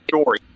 story